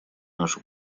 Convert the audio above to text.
нашу